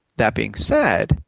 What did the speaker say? that being said,